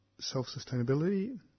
self-sustainability